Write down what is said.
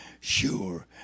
sure